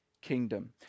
kingdom